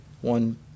one